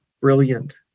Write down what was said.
brilliant